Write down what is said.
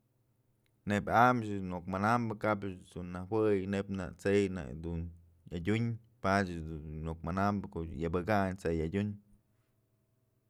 Neyb am du nuk manambë kap ëch dun najuëy neyb nak t'sey dun adyun padyëch ëch du nuk mananbë ko'o anëbëkayn t'sey adyun.